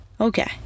Okay